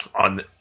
on